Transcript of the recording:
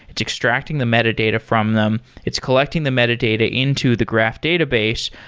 it's extracting the metadata from them. it's collecting the metadata into the graph database.